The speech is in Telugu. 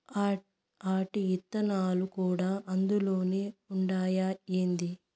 ఆటి ఇత్తనాలు కూడా అందులోనే ఉండాయా ఏంది